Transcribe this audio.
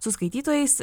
su skaitytojais